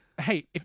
Hey